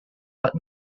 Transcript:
but